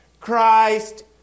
Christ